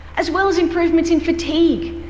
as well as improvements in fatigue,